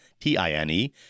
T-I-N-E